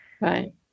Right